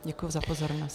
Děkuji za pozornost.